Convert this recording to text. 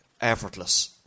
Effortless